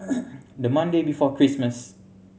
the Monday before Christmas